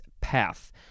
path